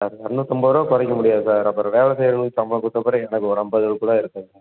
sir இரநூத்தம்பதுருவா குறைக்க முடியாது சார் அப்புறம் வேலை செய்யறவனுக்கு சம்பளம் கொடுத்தப்பறம் எனக்கு ஒரு ஐம்பது நூறு கூட இருக்காது